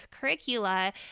curricula